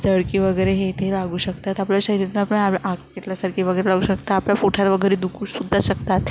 जळकी वगैरे हे ते लागू शकतात आपल्या शरीरला आपल्या आग पेटल्यासारखे वगैरे लागू शकतात आपल्या पोटात वगैरे दुखू सुद्धा शकतात